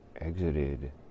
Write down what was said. exited